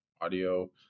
audio